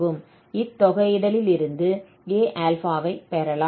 இத்தொகையிடலிலிருந்து Aα வை பெறலாம்